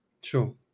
Sure